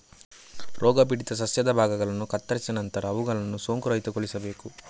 ರೋಗಪೀಡಿತ ಸಸ್ಯದ ಭಾಗಗಳನ್ನು ಕತ್ತರಿಸಿದ ನಂತರ ಅವುಗಳನ್ನು ಸೋಂಕುರಹಿತಗೊಳಿಸಬೇಕು